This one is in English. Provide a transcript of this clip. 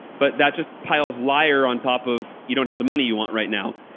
but that just piles liar on top of you don't have the money you want right now